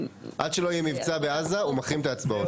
עד שלא יהיה מצבע בעזה, הוא מחרים את ההצבעות.